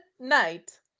Night